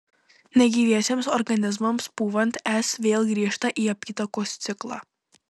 negyviesiems organizmams pūvant s vėl grįžta į apytakos ciklą